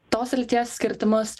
tos srities kirtimus